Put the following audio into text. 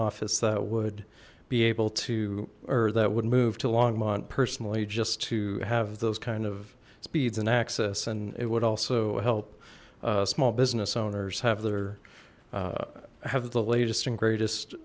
office that would be able to or that would move to longmont personally just to have those kind of speeds and access and it would also help small business owners have their have the latest and greatest